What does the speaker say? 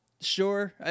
Sure